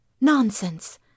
Nonsense